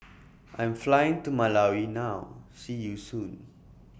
I'm Flying to Malawi now See YOU Soon